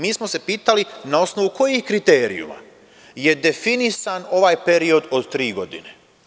Mi smo se pitali na osnovu kojih kriterijuma je definisan ovaj period od tri godine.